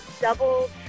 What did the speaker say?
double